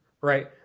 right